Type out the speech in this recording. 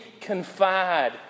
confide